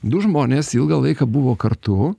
du žmonės ilgą laiką buvo kartu